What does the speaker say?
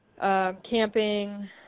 Camping